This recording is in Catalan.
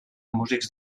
músics